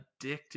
addictive